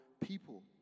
people